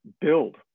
build